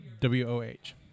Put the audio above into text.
W-O-H